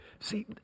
See